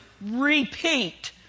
repeat